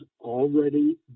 already